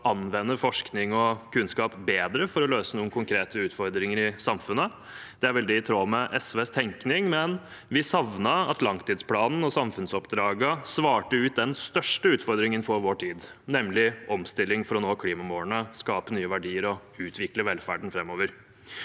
anvende forskning og kunnskap bedre for å løse noen konkrete utfordringer i samfunnet. Det er veldig i tråd med SVs tenkning, men vi savnet at langtidsplanen og samfunnsoppdragene svarte ut den største utfordringen for vår tid, nemlig omstilling for å nå klimamålene, skape nye verdier og utvikle velferden framover.